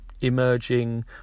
emerging